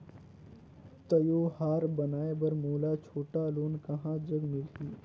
त्योहार मनाए बर मोला छोटा लोन कहां जग मिलही?